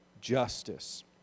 justice